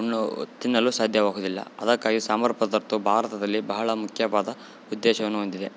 ಉಣ್ಣು ತಿನ್ನಲು ಸಾಧ್ಯವಾಗುದಿಲ್ಲ ಅದಕ್ಕಾಗಿ ಸಾಂಬಾರು ಪದಾರ್ಥವು ಭಾರತದಲ್ಲಿ ಭಾಳ ಮುಖ್ಯವಾದ ಉದ್ದೇಶವನ್ನು ಹೊಂದಿದೆ